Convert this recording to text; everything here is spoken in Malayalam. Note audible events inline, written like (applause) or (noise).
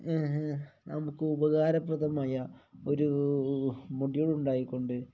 നമുക്ക് ഉപകാരപ്രദമായ ഒരു (unintelligible) ഉണ്ടായിക്കൊണ്ട്